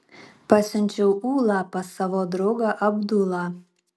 pasiunčiau ulą pas savo draugą abdulą